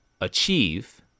achieve